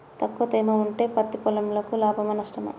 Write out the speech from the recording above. తక్కువ తేమ ఉంటే పత్తి పొలంకు లాభమా? నష్టమా?